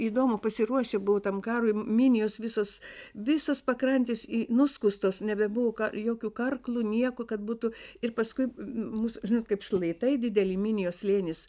įdomu pasiruošę buvo tam karui minijos visos visos pakrantės į nuskustos nebebuvo jokių karklų nieko kad būtų ir paskui mus žinot kaip šlaitai dideli minijos slėnis